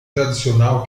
tradicional